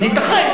ייתכן.